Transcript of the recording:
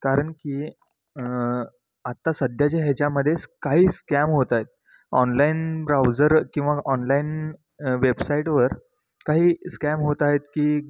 कारण की आत्ता सध्याच्या हेच्यामध्ये काही स्कॅम होत आहेत ऑनलाईन ब्राउझर किंवा ऑनलाईन वेबसाईटवर काही स्कॅम होत आहेत की